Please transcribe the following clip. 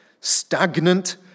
stagnant